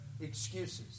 excuses